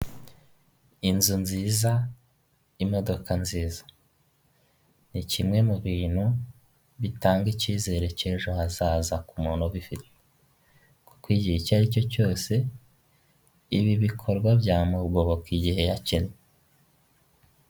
Aha ni mu ikaragiro ry'amata aho hagaragaramo imashini zagenewe gutunganya amata, hakagaragaramo ameza, harimo indobo, harimo amakaro. Iyo urebye ku nkuta hariho irange ry'ubururu, urukuta rwiza cyane rusa n'ubururu ndetse aha hantu ni heza pe.